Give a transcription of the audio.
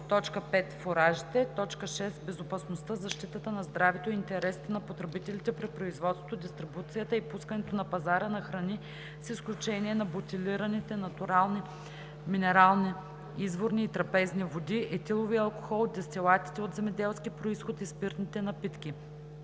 5. фуражите; 6. безопасността, защитата на здравето и интересите на потребителите при производството, дистрибуцията и пускането на пазара на храни, с изключение на бутилираните натурални минерални, изворни и трапезни води, етиловия алкохол, дестилатите от земеделски произход и спиртните напитки;